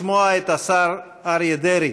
לשמוע את השר אריה דרעי.